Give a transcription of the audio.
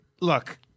look